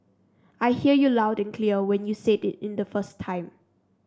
I hear you loud and clear when you said it in the first time